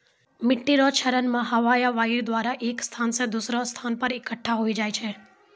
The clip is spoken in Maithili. मिट्टी रो क्षरण मे हवा या वायु द्वारा एक स्थान से दोसरो स्थान पर इकट्ठा होय जाय छै